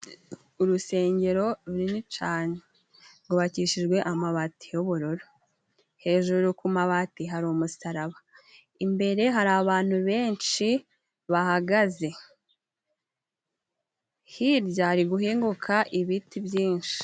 Urusengero runini cane rwubakishijwe amabati y'ubururu, hejuru ku mabati hari umusaraba, imbere hari abantu benshi bahagaze, hirya hari guhinguka ibiti byinshi.